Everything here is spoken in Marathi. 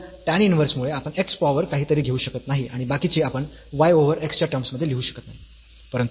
या tan इन्व्हर्स मुळे आपण x पॉवर काहीतरी घेऊ शकत नाही आणि बाकीचे आपण y ओव्हर x च्या टर्म्स मध्ये लिहू शकत नाही